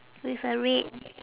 with a red